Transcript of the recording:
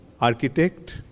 architect